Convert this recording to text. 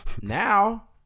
Now